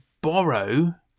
borrow